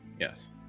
yes